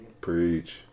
preach